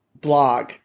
blog